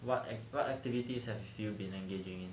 what what activities have you been engaging in